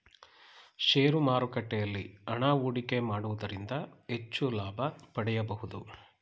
share ಮಾರುಕಟ್ಟೆಯಲ್ಲಿ ಹಣ ಹೂಡಿಕೆ ಮಾಡುವುದರಿಂದ ಹೆಚ್ಚು ಲಾಭ ಪಡೆಯಬಹುದು